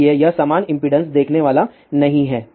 इसलिए यह समान इम्पीडेन्स देखने वाला नहीं है